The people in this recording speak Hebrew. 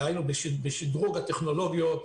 דהיינו בשדרוג הטכנולוגיות,